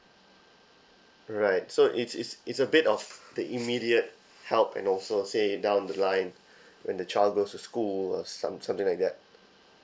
right so it's it's it's a bit of the immediate help and also say down the line when the child goes to school or some~ something like that